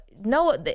no